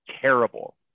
terrible